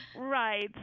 right